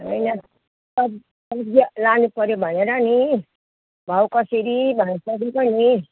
होइन सब सब्जी लानुपऱ्यो भनेर नि भाउ कसरी भनेर सोधेको नि